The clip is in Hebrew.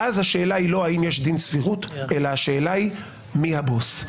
ואז השאלה היא לא האם יש דין סבירות אלא השאלה היא מי הבוס.